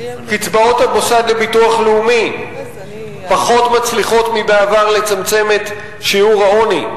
קצבאות המוסד לביטוח לאומי פחות מצליחות מבעבר לצמצם את שיעור העוני.